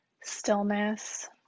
Stillness